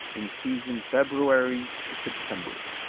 in season february to september